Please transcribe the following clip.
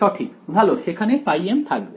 সঠিক ভালো সেখানে থাকবে